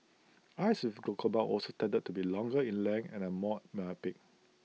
eyes with glaucoma also tended to be longer in length and are more myopic